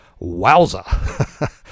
Wowza